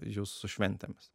jus su šventėmis